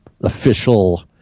official